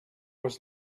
was